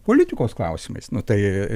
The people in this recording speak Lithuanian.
politikos klausimais nu tai